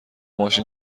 ماشین